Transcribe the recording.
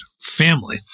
family